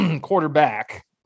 quarterback